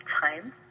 time